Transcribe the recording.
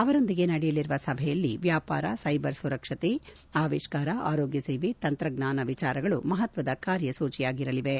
ಅವರೊಂದಿಗೆ ನಡೆಯಲಿರುವ ಸಭೆಯಲ್ಲಿ ವ್ಯಾಪಾರ ಸೈಬರ್ ಸುರಕ್ಷತೆ ಇನ್ನೋವೇಷನ್ ಆರೋಗ್ಟ ಸೇವೆ ತಂತ್ರಜ್ಞಾನ ವಿಚಾರಗಳು ಮಹತ್ವದ ಕಾರ್ಯಸೂಚಿಯಾಗಿರಲಿವೆ